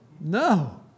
No